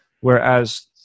Whereas